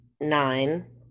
nine